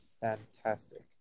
Fantastic